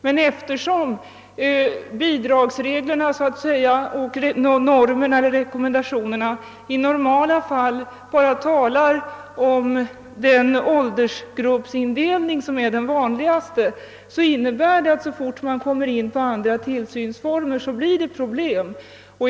Men eftersom bidragsreglerna och rekommendationerna i normala fall bara talar om den åldersgruppsindelning som är den vanligaste, innebär det att problem uppstår så fort man kommer in på andra tillsynsformer.